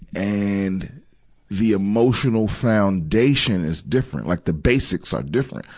and the emotional foundation is different. like the basics are different.